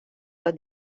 los